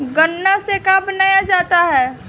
गान्ना से का बनाया जाता है?